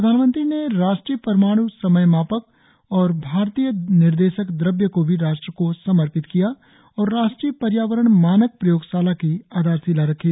प्रधानमंत्री ने राष्ट्रीय परमाण् समयमापक और भारतीय निर्देशक द्रव्य को भी राष्ट्र को समर्पित किया और राष्ट्रीय पर्यावरण मानक प्रयोगशाला की आधारशिला रखी